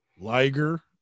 Liger